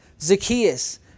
Zacchaeus